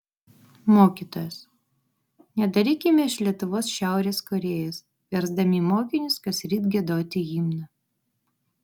mokytojas nedarykime iš lietuvos šiaurės korėjos versdami mokinius kasryt giedoti himną